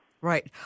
Right